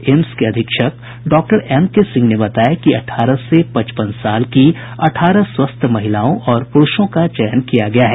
AIIMS के अधीक्षक doctor M K Singh ने बताया कि अठारह से पचपन साल की अठारह स्वस्थ महिलाओं और पुरूषों का चयन किया गया है